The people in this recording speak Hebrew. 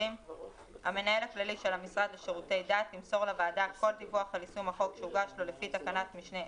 כספים וגם כאן המועצות שלא דיווחו לפי התקנות,